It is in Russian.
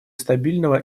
стабильного